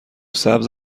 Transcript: سبز